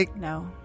No